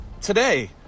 today